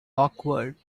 awkward